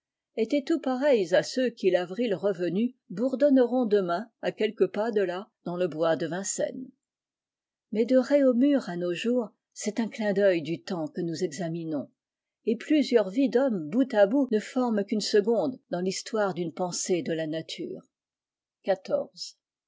étaient tout pareils à ceux qui l'avril revenu bourdonneront demain à quelques pas de là dans le bois de vincennes mais de réaumur à nos jours c'est un clin d'œil du temps que nous examinons et plusieurs v d'homme bout à bout ne forment qu'une conde dans l'histoire d une pensée de la natv